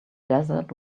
desert